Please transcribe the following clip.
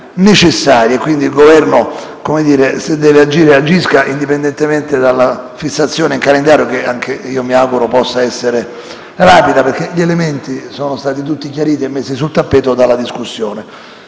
Quindi, il Governo agisca indipendentemente dalla fissazione in calendario, che anche io mi auguro possa essere rapida, perché gli elementi sono stati tutti chiariti e messi sul tappeto dalla discussione.